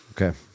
Okay